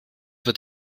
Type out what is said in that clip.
wird